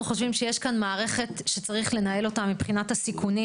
אנחנו חושבים שיש כאן מערכת שצריך לנהל אותה מבחינת הסיכונים.